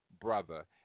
brother